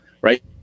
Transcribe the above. right